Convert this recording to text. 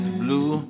blue